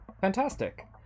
Fantastic